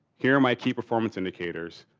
here are my key performance indicators,